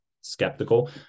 skeptical